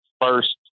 first